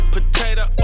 Potato